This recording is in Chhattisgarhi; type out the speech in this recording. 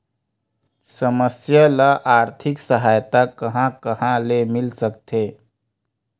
समस्या ल आर्थिक सहायता कहां कहा ले मिल सकथे?